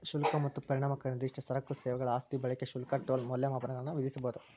ಶುಲ್ಕ ಮತ್ತ ಪರಿಣಾಮಕಾರಿ ನಿರ್ದಿಷ್ಟ ಸರಕು ಸೇವೆಗಳ ಆಸ್ತಿ ಬಳಕೆ ಶುಲ್ಕ ಟೋಲ್ ಮೌಲ್ಯಮಾಪನಗಳನ್ನ ವಿಧಿಸಬೊದ